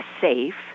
safe